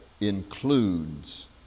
Includes